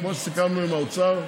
כמו שסיכמנו עם האוצר.